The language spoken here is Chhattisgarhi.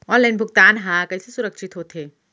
ऑनलाइन भुगतान हा कइसे सुरक्षित होथे?